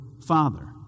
father